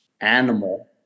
animal